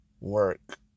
work